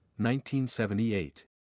1978